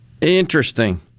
Interesting